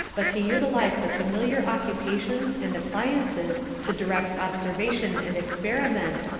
but to utilize the familiar occupations and appliances to direct observation and experiment,